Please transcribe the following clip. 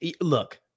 look